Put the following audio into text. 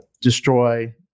destroy